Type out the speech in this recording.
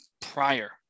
prior